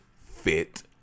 fit